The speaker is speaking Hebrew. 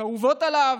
שאהובות עליו,